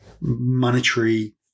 monetary